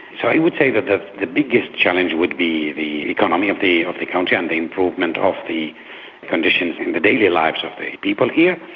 so i would say that the the biggest challenge would be the economy of the of the country and um the improvement of the conditions in the daily lives of the people here.